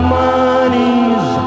money's